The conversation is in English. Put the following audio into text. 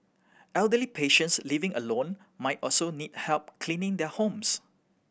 elderly patients living alone might also need help cleaning their homes